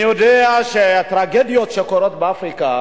אני יודע שהטרגדיות שקורות באפריקה